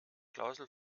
klausel